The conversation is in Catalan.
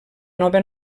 nova